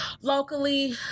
locally